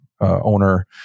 owner